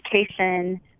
education